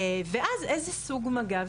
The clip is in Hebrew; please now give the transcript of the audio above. ואז איזה סוג מגע.